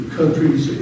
countries